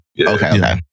Okay